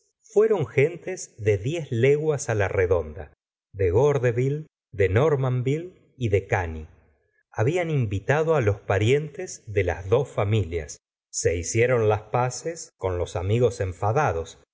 fueron gentes de diez leguas ii la redonda de gordeville de normanville y de cany hablan invitado los parientes de las dos familias se hicieron las paces con los amigos enfadados